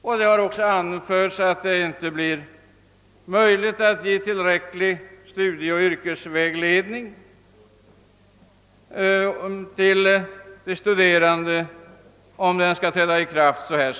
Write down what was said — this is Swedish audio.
Man har också sagt att det är omöjligt att ge tillfredsställande studieoch yrkesvägledning till de studerande om reformen skall träda i kraft så snart.